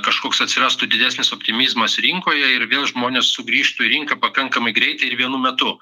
kažkoks atsirastų didesnis optimizmas rinkoje ir vėl žmonės sugrįžtų į rinka pakankamai greitai ir vienu metu